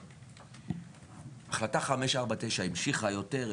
החלטה 549 המשיכה יותר,